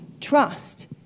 Trust